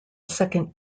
second